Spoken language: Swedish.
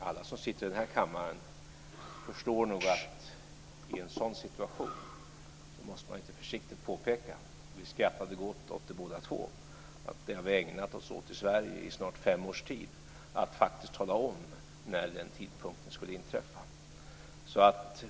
Alla som sitter i den här kammaren förstår nog att i en sådan situation måste man lite försiktigt påpeka - och vi skrattade gott åt det båda två - att vad vi har ägnat oss åt i Sverige i snart fem års tid är att faktiskt tala om när den tidpunkten ska inträffa.